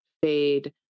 fade